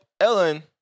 Ellen